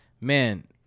man